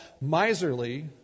miserly